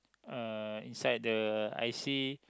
uh inside the i_c